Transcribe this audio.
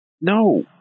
No